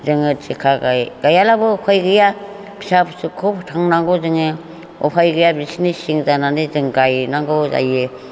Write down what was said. जोंङो थिखा गायाब्लाबो उफाय गैया फिसा फिसौखौ फोथांनांगौ जोंङो उफाय गैया बिसोरनि सिं जानानै जों गायनांगौ जायो